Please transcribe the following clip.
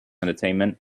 entertainment